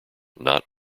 not